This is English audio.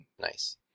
Nice